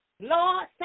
Lord